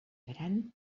gran